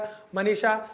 Manisha